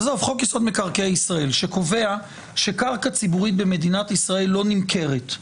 חוק-יסוד: מקרקעי ישראל שקובע שקרקע ציבורית במדינת ישראל לא נמכרת,